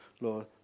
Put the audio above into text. Lord